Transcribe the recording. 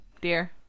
dear